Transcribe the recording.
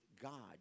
God